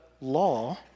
law